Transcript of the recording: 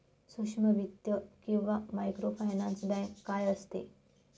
सूक्ष्म वित्त किंवा मायक्रोफायनान्स बँक काय असते?